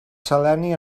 seleni